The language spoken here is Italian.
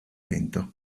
lento